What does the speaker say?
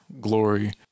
glory